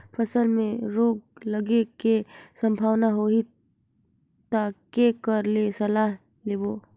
फसल मे रोग लगे के संभावना होही ता के कर ले सलाह लेबो?